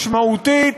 משמעותית,